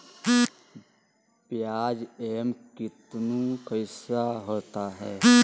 प्याज एम कितनु कैसा होता है?